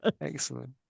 Excellent